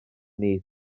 nid